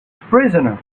prisoner